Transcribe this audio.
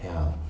ya